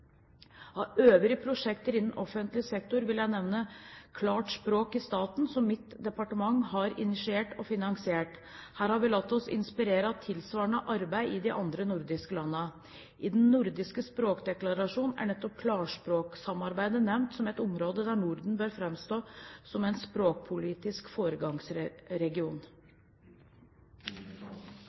Av øvrige prosjekter innen offentlig sektor vil jeg nevne «Klart språk i staten», som mitt departement har initiert og finansiert. Her har vi latt oss inspirere av tilsvarende arbeid i de andre nordiske landene. I den nordiske språkdeklarasjonen er nettopp klarspråkarbeid nevnt som et område der Norden bør framstå som en språkpolitisk